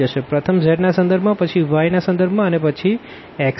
પ્રથમ z ના સંદર્ભ માંપછી y ના સંદર્ભ માં અને પછી x ના